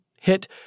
hit